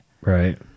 Right